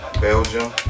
Belgium